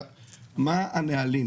אבל מה הנהלים?